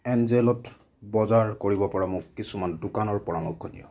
এঞ্জেলত বজাৰ কৰিব পৰা মোক কিছুমান দোকানৰ পৰামৰ্শ দিয়া